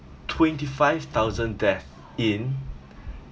twenty-five thousand deaths in